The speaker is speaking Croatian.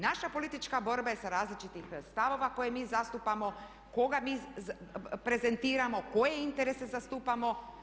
Naša politička borba je sa različitih stavova koje mi zastupamo, koga mi prezentiramo, koje interese zastupamo.